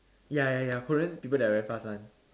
ya ya ya Korean people they are very fast [one]